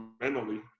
mentally